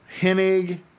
Hennig